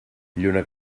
lluna